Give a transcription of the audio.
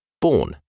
Born